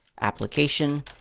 application